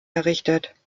errichtet